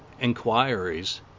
inquiries